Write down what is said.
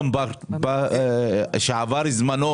יודעות לעבוד ב-140 מעלות,